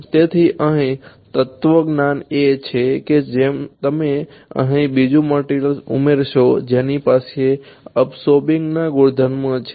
તેથી અહીં તત્વજ્ઞાન એ છે કે તમે અહીં બીજી મટીરીય્લ્સ ઉમેરશો જેની પાસે અબ્સોર્બિંગ ગુણધર્મ છે